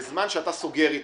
בזמן שאתה סוגר אתי,